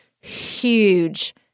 huge